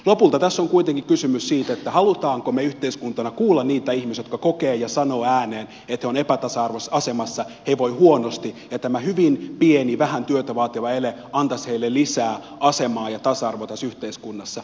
lopulta tässä on kuitenkin kysymys siitä haluammeko me yhteiskuntana kuulla niitä ihmisiä jotka kokevat ja sanovat ääneen että he ovat epätasa arvoisessa asemassa he voivat huonosti ja tämä hyvin pieni vähän työtä vaativa ele antaisi heille lisää asemaa ja tasa arvoa tässä yhteiskunnassa